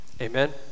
Amen